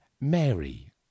mary